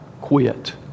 quit